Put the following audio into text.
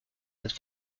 cette